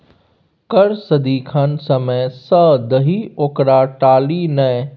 कर सदिखन समय सँ दही ओकरा टाली नै